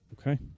Okay